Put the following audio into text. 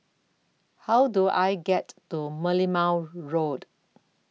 How Do I get to Merlimau Road